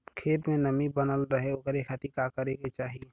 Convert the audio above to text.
खेत में नमी बनल रहे ओकरे खाती का करे के चाही?